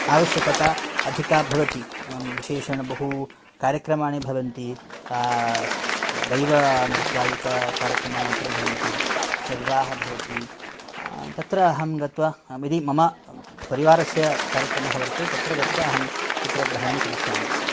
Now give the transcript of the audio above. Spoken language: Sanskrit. आवश्यकता अधिका भवति विशेषेण बहु कार्यक्रमाणि भवन्ति दैवनृत्यादिककार्यक्रमाणि अत्र भवन्ति अथवा विवाहः भवति तत्र अहं गत्वा यदि मम परिवारस्य कार्यक्रमः वर्तते तत्र गत्वा अहं चित्रग्रहणं करिष्यामि